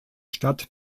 stadt